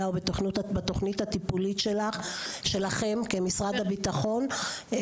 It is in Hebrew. או בתכנית הטיפולית שלכם כמשרד הביטחון?